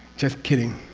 just kidding.